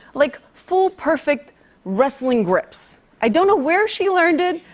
like, full perfect wrestling grips. i don't know where she learned it.